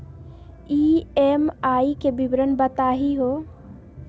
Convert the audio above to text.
EMI के विवरण बताही हो?